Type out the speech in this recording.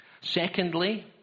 Secondly